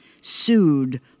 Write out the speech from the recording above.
sued